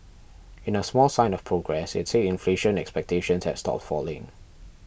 in a small sign of progress it said inflation expectations had stopped falling